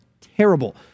terrible